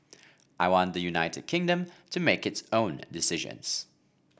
i want the United Kingdom to make its own decisions